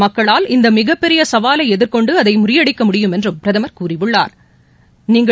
மக்களால் இந்த மிகப் பெரிய சவாலை எதிர்கொண்டு அதை முறியடிக்க முடியும் என்றும் பிரதமர் கூறியுள்ளா்